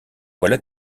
voilà